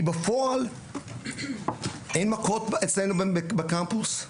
כי בפועל אין מכות אצלנו בקמפוס,